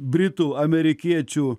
britų amerikiečių